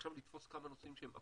עכשיו לתפוס כמה נושאים שהם אקוטיים,